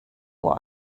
what